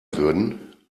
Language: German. würden